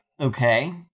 Okay